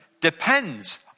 depends